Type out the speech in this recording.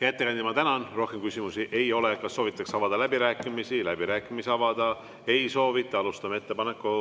Hea ettekandja, ma tänan! Rohkem küsimusi ei ole. Kas soovitakse avada läbirääkimisi? Läbirääkimisi avada ei soovita. Alustame ettepaneku